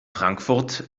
frankfurt